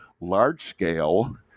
large-scale